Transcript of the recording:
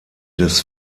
des